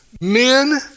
men